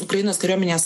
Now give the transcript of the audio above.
ukrainos kariuomenės